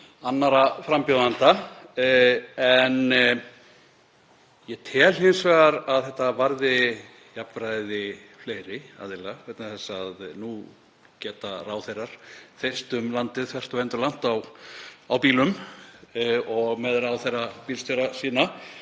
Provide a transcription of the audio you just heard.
annarra frambjóðenda. En ég tel hins vegar að þetta varði jafnræði fleiri aðila vegna þess að nú geta ráðherrar þeyst um landið þvert og endilangt á bílum og með ráðherrabílstjóra sína.